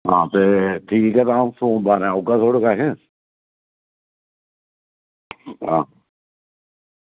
हां ते ठीक ऐ तां अं'ऊ सोमबार औगा थुआढ़े कश हां